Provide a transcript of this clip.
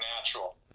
natural